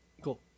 Cool